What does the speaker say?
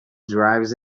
drives